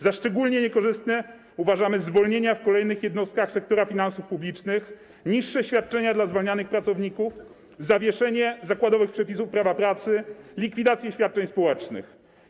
Za szczególnie niekorzystne uważamy zwolnienia w kolejnych jednostkach sektora finansów publicznych, niższe świadczenia dla zwalnianych pracowników, zawieszenie zakładowych przepisów prawa pracy, likwidację świadczeń społecznych.